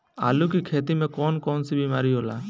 आलू की खेती में कौन कौन सी बीमारी होला?